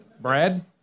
Brad